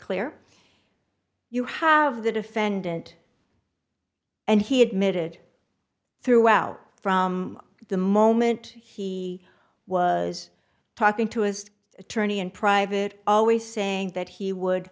clear you have the defendant and he admitted throughout from the moment he was talking to his attorney in private always saying that he would